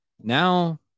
now